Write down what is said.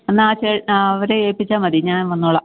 എന്നാൽ ആ ചെ അവരെ ഏൽപ്പിച്ചാൽ മതി ഞാൻ വന്നുകൊള്ളാം